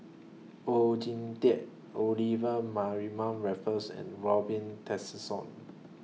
Oon Jin Teik Olivia Mariamne Raffles and Robin Tessensohn